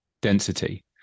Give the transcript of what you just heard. density